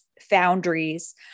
foundries